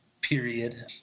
period